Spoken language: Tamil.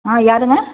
ஆ யாருங்க